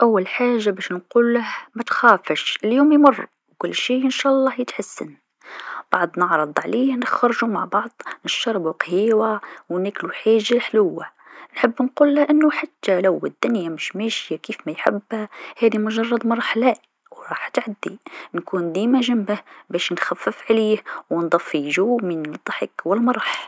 أول حاجه باش نقوله متخافش اليوم يمر و كل شي انشاء الله يتحسن، بعد نعرض عليه نخرجو مع بعض نشربو قهيوة و ناكلو حاجة حلوة، نحب نقوله حتى لو دنيا مش ماشيه كيف ما يحب هاذي مجرد مرحله و راح تعدي، نكون ديما جنبه باش نخفف عليه و نضفي جو من الضحك و المرح.